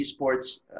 eSports